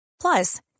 Plus